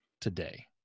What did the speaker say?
today